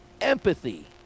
Empathy